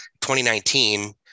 2019